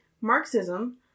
Marxism